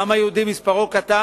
העם היהודי הוא קטן.